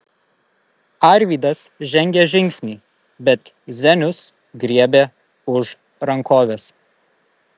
arvydas žengė žingsnį bet zenius griebė už rankovės